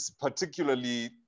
particularly